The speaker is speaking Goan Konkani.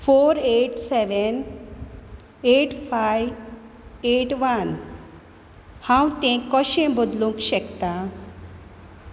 four eight seven eight five eight one हांव तें कशें बदलूंक शकता